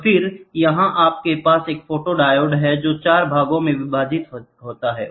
और फिर यहां आपके पास एक फोटोडायोड है जो 4 भागों में विभाजित है